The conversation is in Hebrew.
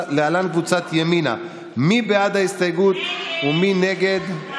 באנו ואמרנו: בואו נוריד את זה לשכר מינימום על 50% משרה וכך נתמרץ.